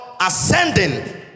ascending